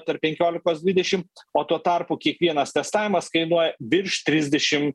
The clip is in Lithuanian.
tarp penkiolikos dvidešimt o tuo tarpu kiekvienas testavimas kainuoja virš trisdešim